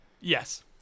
Yes